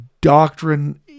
doctrine